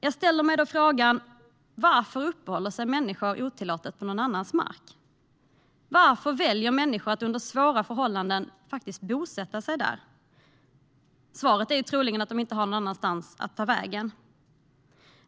Jag ställer mig frågan varför människor uppehåller sig otillåtet på någon annans mark. Varför väljer människor att under svåra förhållanden bosätta sig där? Svaret är troligen att de inte har någon annanstans att ta vägen.